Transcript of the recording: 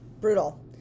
brutal